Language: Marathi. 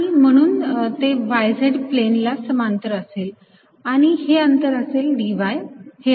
आणि म्हणून ते yz प्लेन ला समांतर असेल आणि हे अंतर असेल dy हे अंतर असेल dz